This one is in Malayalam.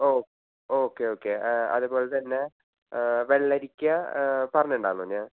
ഓ ഓ ഓക്കെ ഓക്കെ അതുപോലതന്നെ വെള്ളരിക്ക പറഞ്ഞുണ്ടാരുന്നോ ഞാൻ